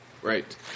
Right